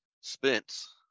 Spence